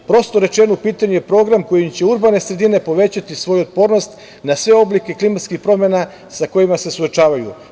Prosto rečeno, u pitanju je program kojim će urbane sredine povećati svoju otpornost na sve oblike klimatskih promena sa kojima se suočavaju.